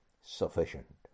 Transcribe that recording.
sufficient